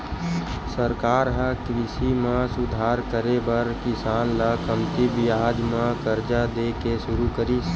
सरकार ह कृषि म सुधार करे बर किसान ल कमती बियाज म करजा दे के सुरू करिस